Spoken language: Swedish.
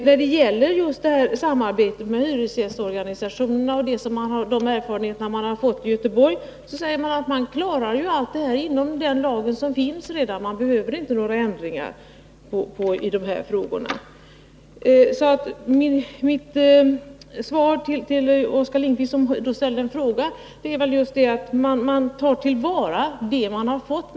När det gäller samarbetet med hyresgästorganisationerna och de erfarenheter som har vunnits i Göteborg säger man att allt detta kan klaras av inom ramen för gällande lag och att det alltså inte behövs några ändringar i lagen. Mitt svar till Oskar Lindkvist blir således just att man tar till vara det man har fått.